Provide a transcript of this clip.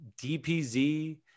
DPZ